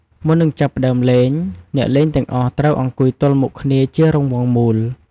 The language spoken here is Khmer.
មុននឹងចាប់ផ្តើមលេង អ្នកលេងទាំងអស់ត្រូវ អង្គុយទល់មុខគ្នាជារង្វង់មូល។